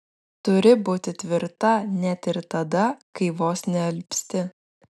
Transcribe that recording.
turi būti tvirta net ir tada kai vos nealpsti